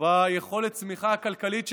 ביכולת צמיחה הכלכלית שלהם,